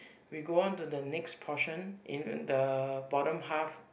we go on to the next portion in the bottom half